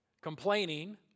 complaining